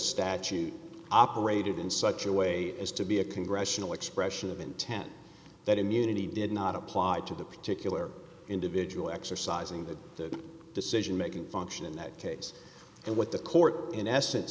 statute operated in such a way as to be a congressional expression of intent that immunity did not apply to the particular individual exercising the decisionmaking function in that case and what the court in essence